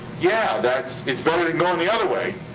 yeah. that's better than goin' the other way.